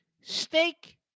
steak